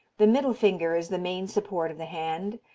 the middle finger is the main support of the hand,